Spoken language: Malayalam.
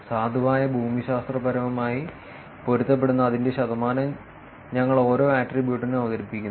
സാധുവായ ഭൂമിശാസ്ത്രവുമായി പൊരുത്തപ്പെടുന്ന അതിന്റെ ശതമാനം ഞങ്ങൾ ഓരോ ആട്രിബ്യൂട്ടിനും അവതരിപ്പിക്കുന്നു